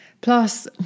Plus